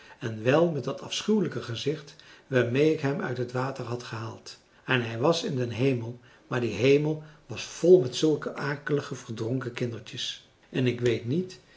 en wel met dat afschuwelijke gezicht waarmee ik hem uit het water had gehaald en hij was in den hemel maar die hemel was vol met zulke akelige verdronken kindertjes en ik weet niet